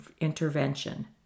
intervention